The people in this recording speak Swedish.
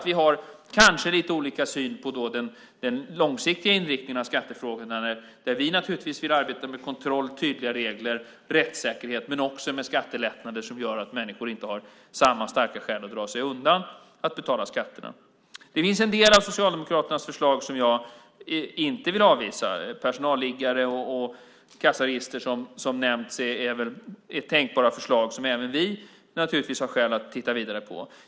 Vi har kanske lite olika syn på den långsiktiga inriktningen i skattefrågan. Vi vill naturligtvis arbeta med kontroll, tydliga regler och rättssäkerhet men också med skattelättnader som gör att människor inte har samma starka skäl att dra sig undan att betala skatterna. Det finns en del socialdemokratiska förslag som jag inte vill avvisa. Personalliggare och kassaregister har nämnts. Det är tänkbara förslag som vi har skäl att titta vidare på.